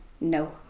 no